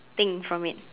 thing from it